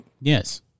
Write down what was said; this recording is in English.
Yes